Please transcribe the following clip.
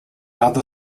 other